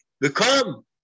Become